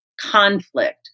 conflict